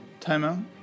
Timeout